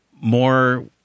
more